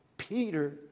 Peter